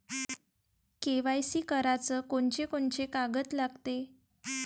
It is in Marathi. के.वाय.सी कराच कोनचे कोनचे कागद लागते?